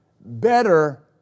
better